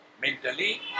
mentally